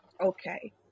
Okay